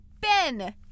Ben